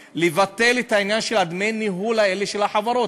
לבטל את העניין של דמי הניהול האלה של החברות,